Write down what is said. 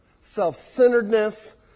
Self-centeredness